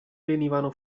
venivano